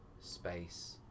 space